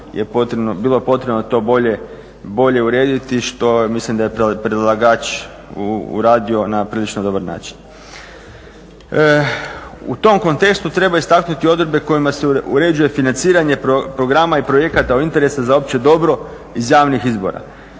je bilo potrebno to bolje urediti što mislim da je predlagač uradio na prilično dobar način. U tom kontekstu treba istaknuti odredbe kojima se uređuje financiranje programa i projekata od interesa za opće dobro iz javnih izbora.